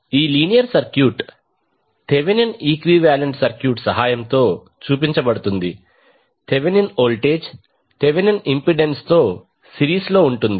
ఈ linear circuit Thevenin equivalent circuit సహాయంతో చూపించబడుతుంది థెవెనిన్ వోల్టేజ్ థెవెనిన్ ఇంపెడెన్స్తో సిరీస్లో ఉంటుంది